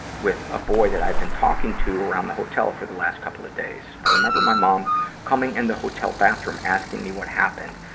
with a boy that i had been talking to around the hotel for the last couple of days. i remember my mom coming in and the hotel bathroom, asking me what happened.